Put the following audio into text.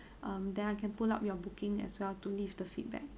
um then I can pull up your booking as well to leave the feedback